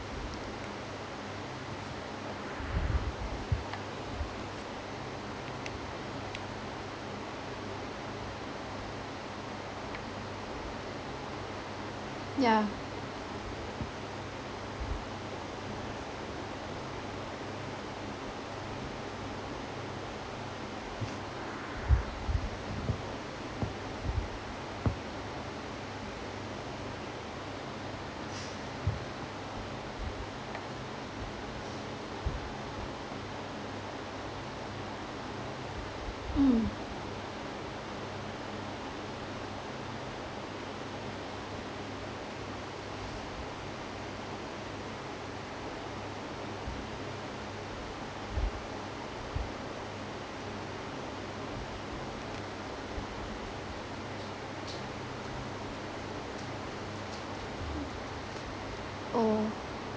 yeah mm oh